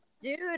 Dude